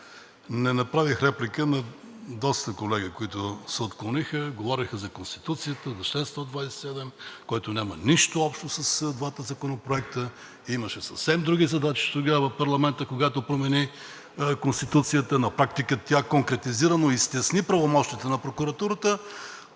Не направих реплика на доста колеги, които се отклониха, говореха за Конституцията, за чл. 127, което няма нищо общо с двата законопроекта. Имаше съвсем други задачи тогава парламентът, когато промени Конституцията. На практика тя конкретизира, но и стесни правомощията на прокуратурата,